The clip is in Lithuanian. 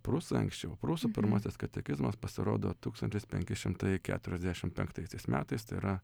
prūsai anksčiau prūsų pirmasis katekizmas pasirodo tūkstantis penki šimtai keturiasdešim penktaisiais metais tai yra